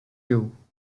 you